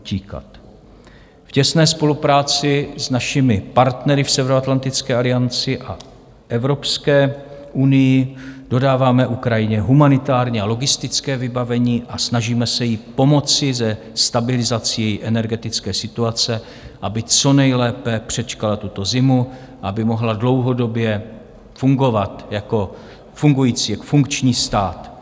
V těsné spolupráci s našimi partnery v Severoatlantické alianci a Evropské unii dodáváme Ukrajině humanitární a logistické vybavení a snažíme se jí pomoci se stabilizací energetické situace, aby co nejlépe přečkala tuto zimu, aby mohla dlouhodobě fungovat jako fungující, funkční stát.